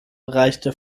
reichte